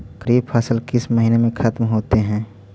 खरिफ फसल किस महीने में ख़त्म होते हैं?